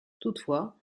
toutefois